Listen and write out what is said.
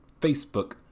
Facebook